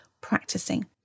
practicing